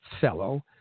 fellow